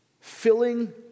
filling